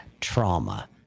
trauma